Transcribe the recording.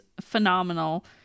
phenomenal